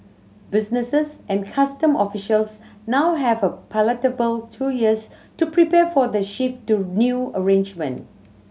businesses and custom officials now have a palatable two years to prepare for the shift to new arrangement